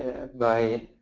by